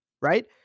right